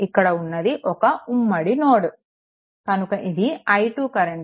ఇక్కడ ఉన్నది ఒక ఉమ్మడి నోడ్ కనుక ఇది i2 కరెంట్